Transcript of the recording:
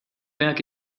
werk